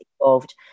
involved